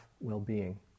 well-being